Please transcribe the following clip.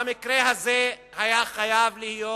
במקרה הזה היה חייב להיות